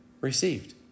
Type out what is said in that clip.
received